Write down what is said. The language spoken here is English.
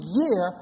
year